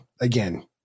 again